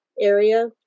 area